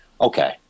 okay